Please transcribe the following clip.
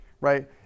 right